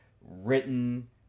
written